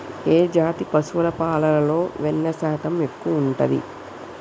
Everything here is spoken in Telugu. ఏ జాతి పశువుల పాలలో వెన్నె శాతం ఎక్కువ ఉంటది?